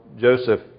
Joseph